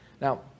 Now